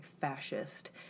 fascist